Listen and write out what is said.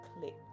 click